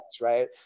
right